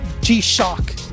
G-Shock